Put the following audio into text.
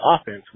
offense